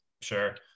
sure